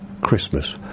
Christmas